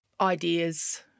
ideas